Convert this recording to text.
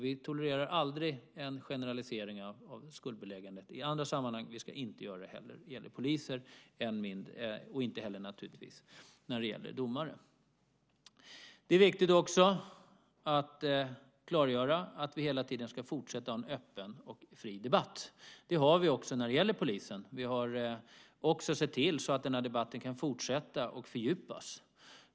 Vi tolererar aldrig en generalisering av skuldbeläggandet i andra sammanhang, och vi ska inte heller göra det med poliser och naturligtvis inte heller när det gäller domare. Det är också viktigt att klargöra att vi hela tiden ska fortsätta att ha en öppen och fri debatt. Det har vi även när det gäller polisen. Vi har också sett till att debatten kan fortsätta och fördjupas.